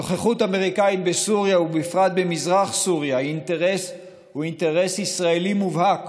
נוכחות אמריקנית בסוריה ובפרט במזרח סוריה הוא אינטרס ישראלי מובהק